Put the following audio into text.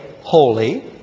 holy